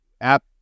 app